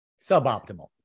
Suboptimal